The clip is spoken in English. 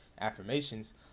affirmations